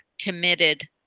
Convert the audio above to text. committed